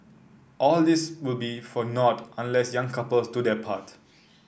all this will be for naught unless young couples do their part